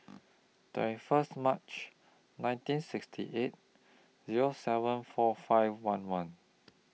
twenty First March nineteen sixty eight Zero seven four five one one